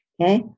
Okay